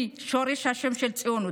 היא שורש השם "ציונות",